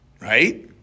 Right